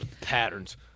patterns